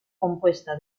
compuesta